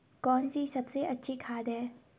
कौन सी सबसे अच्छी खाद है?